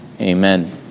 Amen